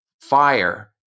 fire